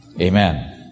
Amen